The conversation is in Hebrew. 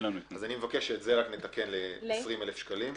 אז אני מבקש שנתקן את זה ל-20,000 שקלים.